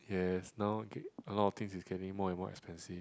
yes now a lot of things is getting more and more expensive